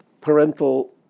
parental